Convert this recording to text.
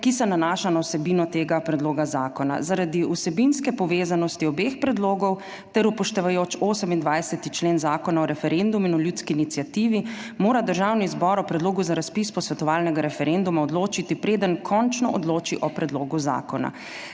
ki se nanaša na vsebino tega predloga zakona. Zaradi vsebinske povezanosti obeh predlogov ter upoštevajoč 28. člen Zakona o referendumu in o ljudski iniciativi mora Državni zbor o predlogu za razpis posvetovalnega referenduma odločiti, preden končno odloči o predlogu zakona.